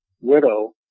widow